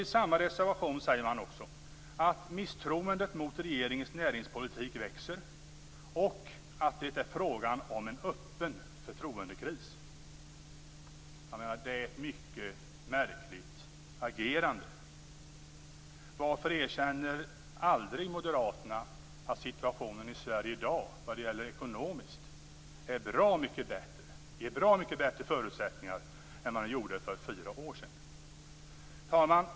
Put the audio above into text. I samma reservation säger man också att misstroendet mot regeringens näringspolitik växer och att det är fråga om en öppen förtroendekris. Det är ett mycket märkligt agerande. Varför erkänner aldrig moderaterna att den ekonomiska situationen i Sverige i dag ger bra mycket bättre förutsättningar än den gjorde för fyra år sedan? Herr talman!